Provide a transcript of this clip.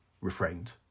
refrained